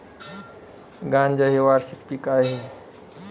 गांजा हे वार्षिक पीक आहे